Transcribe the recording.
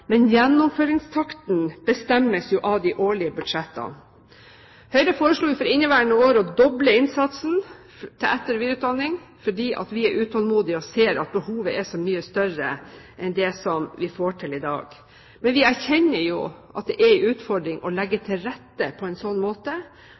men gjennomføringstakten bestemmes jo av de årlige budsjettene. Høyre foreslo for inneværende år å doble innsatsen til etter- og videreutdanning fordi vi er utålmodige og ser at behovet er så mye større enn det vi får til i dag. Men vi erkjenner at det er en utfordring å legge